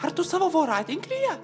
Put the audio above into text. ar tu savo voratinklyje